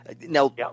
Now